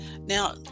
Now